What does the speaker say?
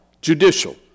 Judicial